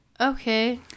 Okay